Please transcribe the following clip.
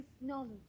knowledge